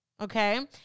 okay